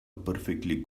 perfectly